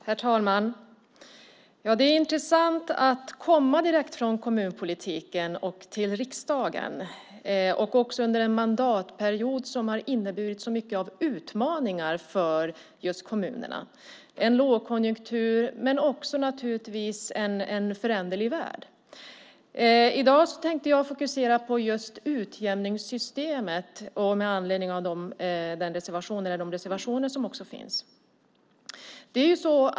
Herr talman! Det är intressant att komma direkt från kommunpolitiken till riksdagen under en mandatperiod som har inneburit så mycket av utmaningar för just kommunerna - en lågkonjunktur och naturligtvis en föränderlig värld. I dag tänkte jag fokusera på utjämningssystemet med anledning av de reservationer som finns.